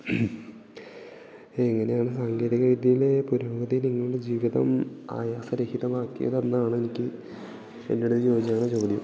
എങ്ങനെയാണ് സാങ്കേതിക വിദ്യയിലെ പുരോഗതിൽ നിങ്ങളുടെ ജീവിതം ആയാസരഹിതമാക്കിയതെന്നാണ് എനിക്ക് എന്നോട് ചോദിച്ചിരിക്കുന്ന ചോദ്യം